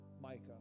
Micah